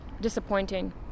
Disappointing